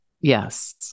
yes